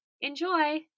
Enjoy